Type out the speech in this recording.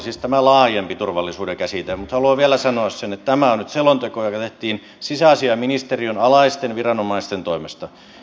minusta tämä laajempi turvallisuuden käsite on asiallinen huoli mutta haluan vielä sanoa sen että tämä on nyt selonteko joka tehtiin sisäasiainministeriön alaisten viranomaisten toimesta